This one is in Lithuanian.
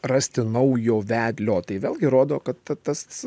rasti naujo vedlio tai vėlgi rodo kad tas